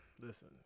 listen